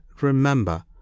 REMEMBER